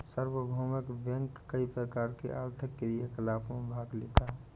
सार्वभौमिक बैंक कई प्रकार के आर्थिक क्रियाकलापों में भाग लेता है